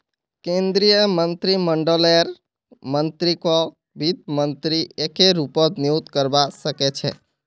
केन्द्रीय मन्त्रीमंडललेर मन्त्रीकक वित्त मन्त्री एके रूपत नियुक्त करवा सके छै